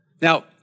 Now